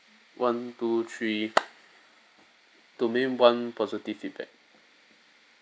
one two three domain one positive feedback